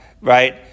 right